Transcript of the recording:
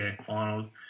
finals